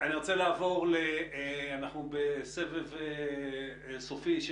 אנחנו בסבב סופי,